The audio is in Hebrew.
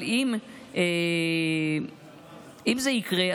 אבל אם זה יקרה,